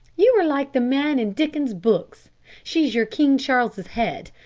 you are like the man in dickens's books she's your king charles's head!